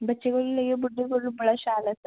बच्चें कोला लेइयै बुड्ढें तगर बड़ा शैल ऐ